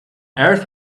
earth